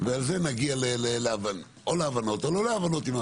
ועל זה נגיע להבנות, או להבנות או לא להבנות.